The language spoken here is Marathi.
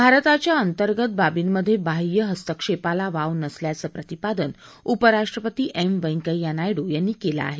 भारताच्या अंतर्गत बाबीमधे बाह्य हस्तक्षेपाला वाव नसल्याचं प्रतिपादन उपराष्ट्रपती एम व्यंकय्या नायडू यांनी केलं आहे